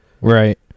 Right